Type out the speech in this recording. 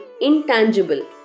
intangible